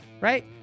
right